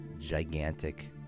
gigantic